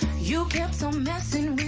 you can't some